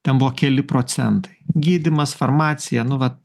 ten buvo keli procentai gydymas farmacija nu vat